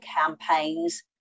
campaigns